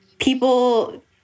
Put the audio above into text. people